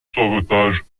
sauvetages